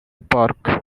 park